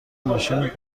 ماشین